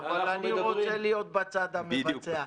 אבל אני רוצה להיות בצד המבצע.